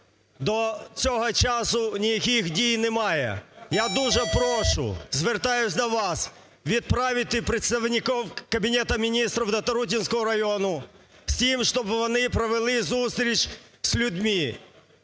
до цього часу ніяких дій немає. Я дуже прошу, звертаюсь до вас, відправити представників Кабінету Міністрів доТарутинського району з тим, щоб вони провели зустріч з людьми.